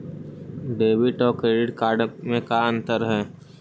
Debit और credit card में का अंतर है?